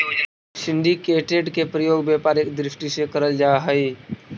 syndicated के प्रयोग व्यापारिक दृष्टि से करल जा हई